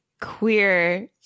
queer